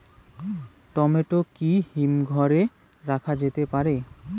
Tomato কি হিমঘর এ রাখা যেতে পারে?